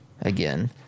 again